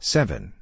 Seven